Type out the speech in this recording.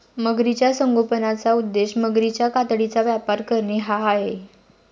मगरीच्या संगोपनाचा उद्देश मगरीच्या कातडीचा व्यापार करणे हा आहे